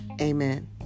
amen